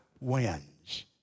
wins